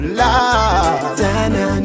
love